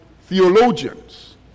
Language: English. theologians